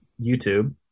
YouTube